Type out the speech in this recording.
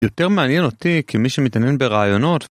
יותר מעניין אותי כמי שמתעניין ברעיונות.